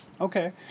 Okay